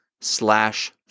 slash